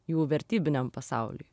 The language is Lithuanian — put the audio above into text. jų vertybiniam pasauliui